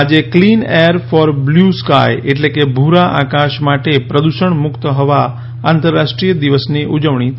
આજે clean air for blue sky એટલે કે ભૂરા આકાશ માટે પ્રદુષણ મુક્ત હવા આંતરરાષ્ટ્રીય દિવસની ઉજવણી થઈ રહી છે